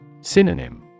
Synonym